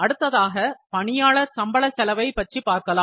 அடுத்ததாக பணியாளர் சம்பள செலவைப் பற்றி பார்க்கலாம்